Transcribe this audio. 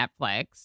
Netflix